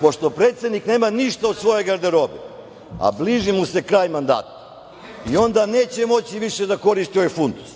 Pošto predsednik nema ništa od svoje garderobe, a bliži mu se kraj mandata i onda neće moći više da koristi ovaj fundus,